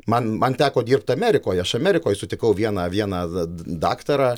man man teko dirbt amerikoj aš amerikoj sutikau vieną vieną daktarą